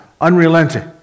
unrelenting